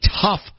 tough